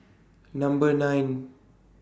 Number nine